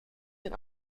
den